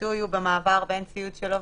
החיטוי הוא במעבר בין ציוד של עובדים,